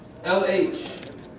LH